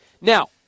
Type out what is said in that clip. Now